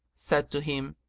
said to him,